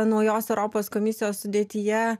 naujos europos komisijos sudėtyje